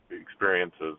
experiences